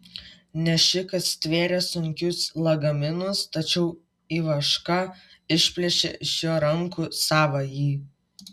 nešikas stvėrė sunkius lagaminus tačiau ivaška išplėšė iš jo rankų savąjį